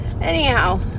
Anyhow